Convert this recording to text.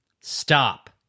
Stop